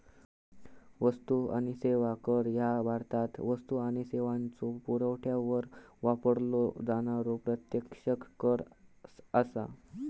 वस्तू आणि सेवा कर ह्या भारतात वस्तू आणि सेवांच्यो पुरवठ्यावर वापरलो जाणारो अप्रत्यक्ष कर असा